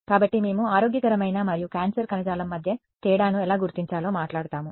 కాబట్టి మేము ఆరోగ్యకరమైన మరియు క్యాన్సర్ కణజాలం మధ్య తేడాను ఎలా గుర్తించాలో మాట్లాడుతాము